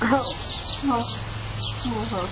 हाव हव हव हो